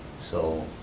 so